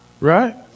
Right